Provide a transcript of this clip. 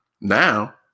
Now